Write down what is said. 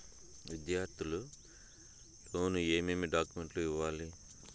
విద్యార్థులు లోను ఏమేమి డాక్యుమెంట్లు ఇవ్వాలి?